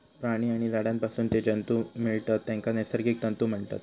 प्राणी आणि झाडांपासून जे तंतु मिळतत तेंका नैसर्गिक तंतु म्हणतत